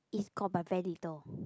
east got but very little